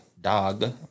Dog